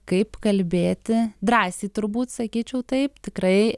kaip kalbėti drąsiai turbūt sakyčiau taip tikrai